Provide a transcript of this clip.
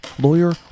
lawyer